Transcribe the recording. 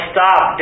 Stop